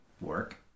work